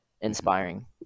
inspiring